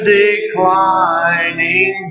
declining